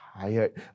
tired